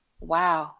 wow